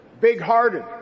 big-hearted